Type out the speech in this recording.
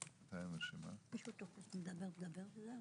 בני תומר נפטר לפני חצי שנה באופן פתאומי מדום לב.